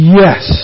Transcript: yes